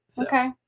Okay